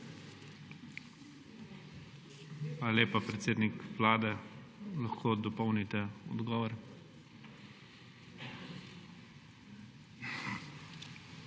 lepa. Predsednik Vlade, lahko dopolnite odgovor.